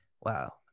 wow